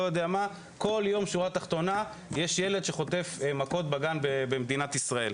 אבל כל יום בשורה התחתונה יש ילד שחוטף מכות בגן במדינת ישראל.